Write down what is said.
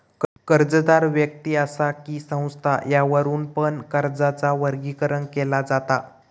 कर्जदार व्यक्ति असा कि संस्था यावरुन पण कर्जाचा वर्गीकरण केला जाता